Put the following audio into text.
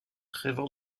rêvant